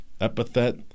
Epithet